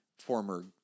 former